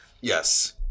Yes